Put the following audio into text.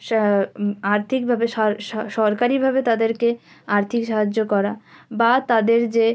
সা আর্থিকভাবে সরকারিভাবে তাদেরকে আর্থিক সাহায্য করা বা তাদের যে